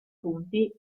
punti